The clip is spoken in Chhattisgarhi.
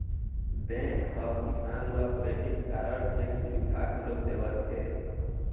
बेंक ह किसान ल क्रेडिट कारड के सुबिधा घलोक देवत हे